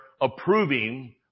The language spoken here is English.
approving